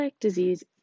disease